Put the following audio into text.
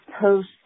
post